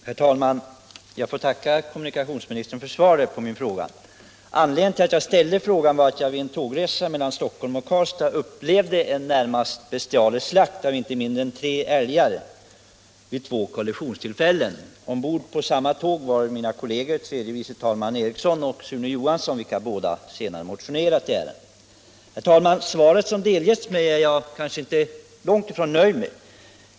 Herr talman! Jag får tacka kommunikationsministern för svaret på min fråga. Anledningen till att jag ställde frågan var att jag vid en tågresa mellan Stockholm och Karlstad upplevde en närmast bestialisk slakt av inte mindre än tre älgar vid två kollisionstillfällen. Ombord på samma tåg var mina kolleger tredje vice talmannen Karl Erik Eriksson och Sune Johansson i Arvika, vilka båda senare motionerat i ärendet. Svaret som delgetts mig är jag långt ifrån nöjd med.